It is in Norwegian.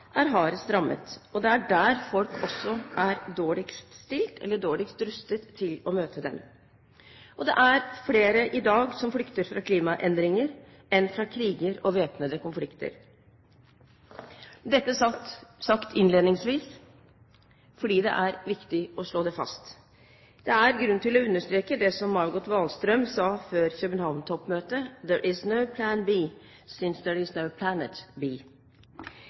hardest rammet, og det er der folk også er dårligst rustet til å møte dem. Det er flere i dag som flykter fra klimaendringer enn fra kriger og væpnede konflikter. Dette sier jeg innledningsvis fordi det er viktig å slå det fast. Det er grunn til å understreke det som Margot Wallström sa før København-toppmøtet: «There is no Plan B, because there is